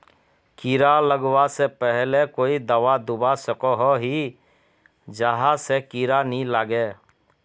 कीड़ा लगवा से पहले कोई दाबा दुबा सकोहो ही जहा से कीड़ा नी लागे?